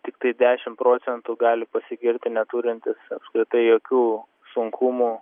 tiktai dešim procentų gali pasigirti neturintys apskritai jokių sunkumų